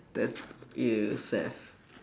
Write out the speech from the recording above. that's !eww! saif